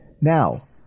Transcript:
Now